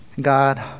God